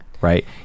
right